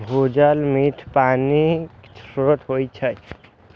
भूजल मीठ पानिक स्रोत होइ छै